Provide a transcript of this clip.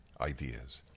ideas